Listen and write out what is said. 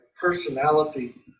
personality